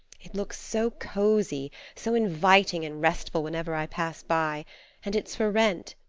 it looks so cozy, so inviting and restful, whenever i pass by and it's for rent.